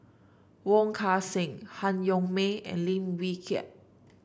Wong Kan Seng Han Yong May and Lim Wee Kiak